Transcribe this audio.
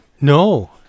No